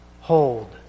hold